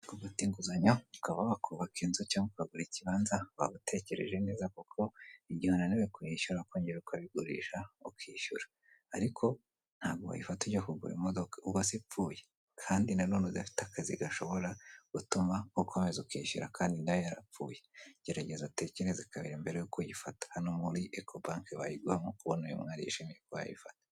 Ufata inguzanyo ukaba wakubaka inzu cyangwa se ukagura ikibanza waba utekereje neza kuko igihe unaniwe kubishyura wakongera ukabigurisha ukishyura, ariko ntabwo wayifata ugiye kugura imodoka ubwo se ipfuye? Kandi nanone udafite akazi gashobora gutuma ukomeza ukishyura kandi nayo yarapfuye, gerageza utekereze kabiri mbere yuko uyifata, hano muri ekobanke bayiguha, nk'uko uyu mwari yishimye kuva yayifata.